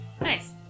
Nice